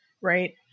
right